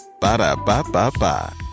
Ba-da-ba-ba-ba